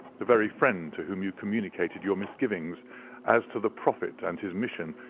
the very friend to whom you communicated your misgivings as to the prophet and his mission,